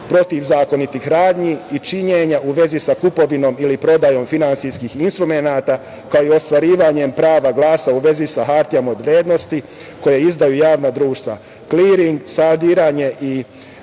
protivzakonitih radnji i činjenja u vezi sa kupovinom ili prodajom finansijskih instrumenata, kao i ostvarivanjem prava glasa u vezi sa hartijama od vrednosti koje izdaju javna društva, kliring, saldiranje i